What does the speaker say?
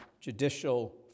judicial